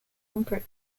brooklyn